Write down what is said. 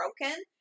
broken